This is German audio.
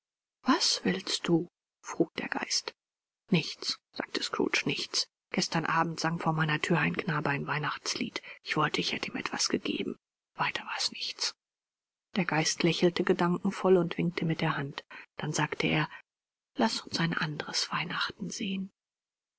was willst du frug der geist nichts sagte scrooge nichts gestern abend sang vor meiner thür ein knabe ein weihnachtslied ich wollte ich hätte ihm etwas gegeben weiter war es nichts der geist lächelte gedankenvoll und winkte mit der hand dann sagte er laß uns ein anderes weihnachten sehen